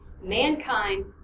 mankind